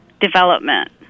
development